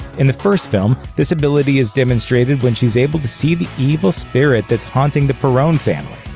in the first film, this ability is demonstrated when she's able to see the evil spirit that's haunting the perron family.